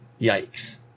yikes